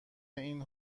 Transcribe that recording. این